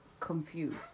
confused